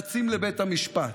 רצים לבית המשפט,